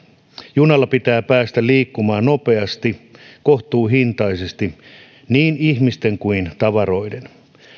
junalla pitää päästä liikkumaan nopeasti ja kohtuuhintaisesti niin ihmisten kuin tavaroiden